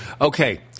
Okay